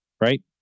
right